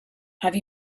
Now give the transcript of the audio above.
have